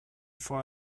for